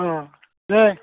अ दे